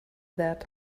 that